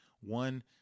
one